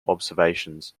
observations